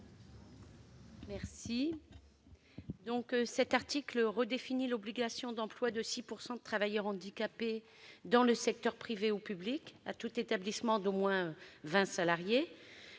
Apourceau-Poly. L'article 40 redéfinit l'obligation d'emploi de 6 % de travailleurs handicapés dans le secteur privé ou public pour tout établissement d'au moins 20 salariés.